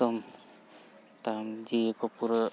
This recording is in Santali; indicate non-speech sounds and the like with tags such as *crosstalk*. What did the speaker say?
ᱮᱠᱫᱚᱢ *unintelligible* ᱡᱤᱣᱤ ᱠᱚ ᱯᱩᱨᱟᱹ